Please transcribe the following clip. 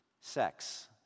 sex